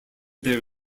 there